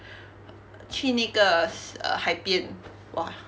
err 去那个 s~ uh 海边 !wah!